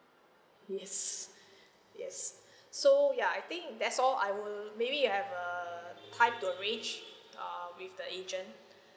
yes yes so ya I think that's all I will maybe have a time to arrange uh with the agent